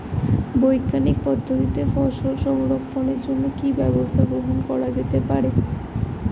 বৈজ্ঞানিক পদ্ধতিতে ফসল সংরক্ষণের জন্য কি ব্যবস্থা গ্রহণ করা যেতে পারে?